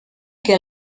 que